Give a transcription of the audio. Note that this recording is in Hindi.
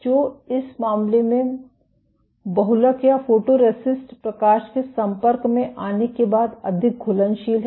तो इस मामले में बहुलक या फोटोरेसिस्ट प्रकाश के संपर्क में आने के बाद अधिक घुलनशील है